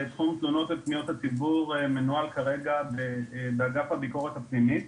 תחום תלונות ופניות הציבור מנוהל כרגע באגף הביקורת הפנימית.